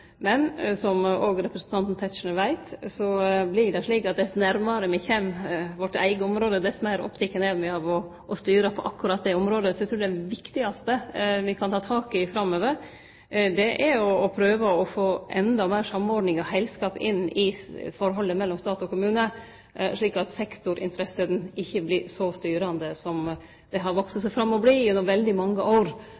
Men – som òg representanten Tetzschner veit – vert det slik at dess nærmare me kjem vårt eige område, dess meir opptekne er me av å styre på akkurat det området. Så eg trur at det viktigaste me kan ta tak i framover, er å prøve å få enda meir samordning og heilskap inn i forholdet mellom stat og kommune, slik at sektorinteressene ikkje blir så styrande som dei har vakse